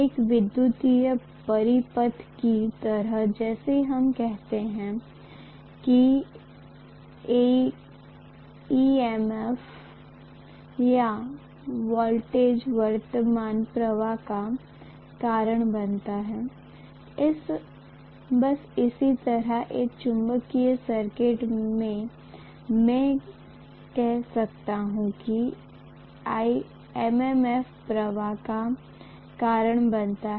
एक विद्युत परिपथ की तरह जैसे हम कहते हैं कि ईएमएफ या वोल्टेज वर्तमान प्रवाह का कारण बनता है बस उसी तरह एक चुंबकीय सर्किट में मैं कह सकता हूं की एमएमएफ प्रवाह का कारण बनता है